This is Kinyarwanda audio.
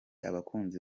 abakunzi